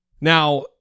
now